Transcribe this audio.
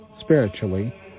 Spiritually